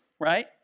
right